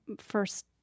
first